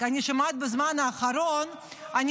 כי אני שומעת בזמן האחרון -- ערוץ 13